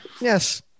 Yes